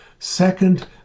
Second